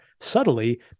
subtly